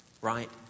right